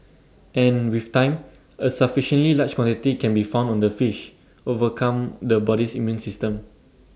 and with time A sufficiently large quantity can be found on the fish overcome the body's immune system